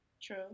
True